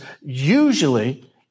usually